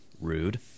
rude